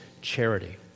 charity